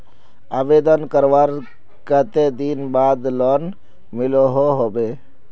आवेदन करवार कते दिन बाद लोन मिलोहो होबे?